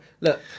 Look